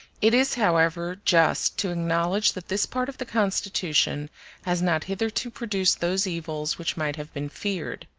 it is, however, just to acknowledge that this part of the constitution has not hitherto produced those evils which might have been feared.